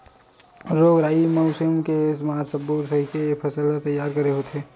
रोग राई, मउसम के मार सब्बो ल सहिके फसल ह तइयार होथे